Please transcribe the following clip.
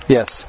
Yes